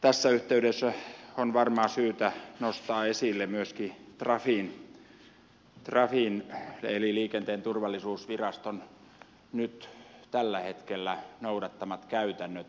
tässä yhteydessä on varmaan syytä nostaa esille myöskin trafin eli liikenteen turvallisuusviraston nyt tällä hetkellä noudattamat käytännöt